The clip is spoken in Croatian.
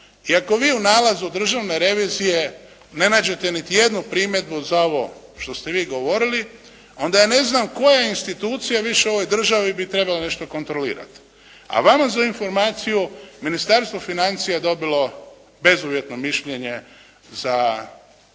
I ako vi u nalazu državne revizije ne nađete niti jednu primjedbu za ovo što ste vi govorili, onda ja ne znam koje institucije više u ovoj državi bi trebale nešto kontrolirati. A vama za informaciju Ministarstvo financija je dobilo bezuvjetno mišljenje za